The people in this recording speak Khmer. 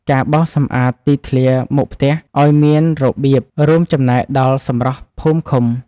ការបោសសម្អាតទីធ្លាមុខផ្ទះឱ្យមានរបៀប រួមចំណែកដល់សម្រស់ភូមិឃុំ។